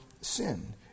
sin